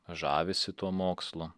žavisi tuo mokslu